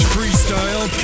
Freestyle